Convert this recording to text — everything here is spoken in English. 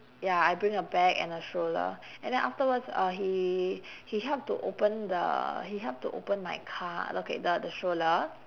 ya I bring a bag and a stroller and then the afterwards uh he he help to open the he help to open my car okay the the stroller